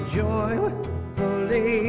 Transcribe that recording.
joyfully